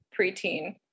preteen